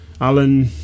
Alan